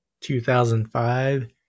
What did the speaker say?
2005